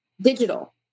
Digital